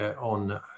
on